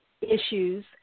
issues